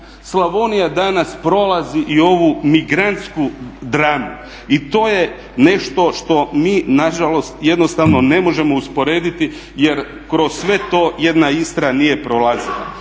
Slavonija danas prolazi i ovu migrantsku dramu i to je nešto što mi na žalost jednostavno ne možemo usporediti, jer kroz sve to jedna Istra nije prolazila.